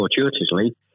fortuitously